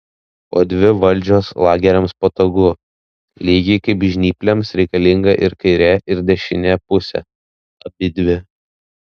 o dvi valdžios lageriams patogu lygiai kaip žnyplėms reikalinga ir kairė ir dešinė pusė abidvi